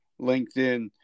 LinkedIn